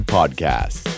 Podcast